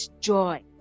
joy